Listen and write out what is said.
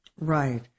Right